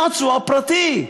צעצוע פרטי.